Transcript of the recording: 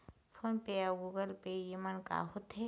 Phone पे अउ Google पे येमन का होते?